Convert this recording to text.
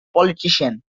politician